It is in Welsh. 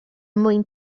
mwyn